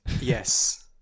yes